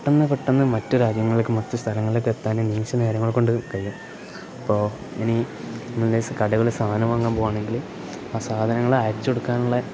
പെട്ടെന്ന് പെട്ടെന്ന് മറ്റ് രാജ്യങ്ങളിലേക്ക് മറ്റ് സ്ഥലങ്ങളിലേക്ക് എത്താൻ നിമിഷ നേരങ്ങൾ കൊണ്ട് കഴിയും അപ്പോൾ ഇനി ഇൻകേസ് കടകൾ സാധനം വാങ്ങാൻ പോകുകയാണെങ്കിൽ ആ സാധനങ്ങൾ അയച്ച് കൊടുക്കാനുള്ള